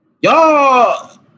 Y'all